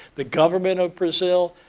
the government of brazil.